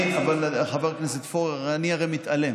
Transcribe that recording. חבר הכנסת פורר, אני הרי מתעלם.